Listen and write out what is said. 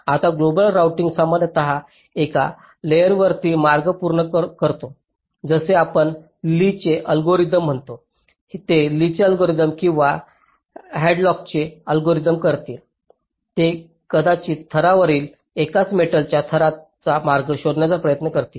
आता global router सामान्यत एका लीयरवरील मार्ग पूर्ण करतो जसे आपण लीLee's चे अल्गोरिदम म्हणतो ते लीचे अल्गोरिदम किंवा हॅडलॉकचे अल्गोरिथ्म करतील ते एकाच थरातील एकल मेटलच्या थराचा मार्ग शोधण्याचा प्रयत्न करतील